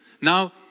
Now